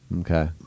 Okay